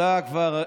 אתה כבר,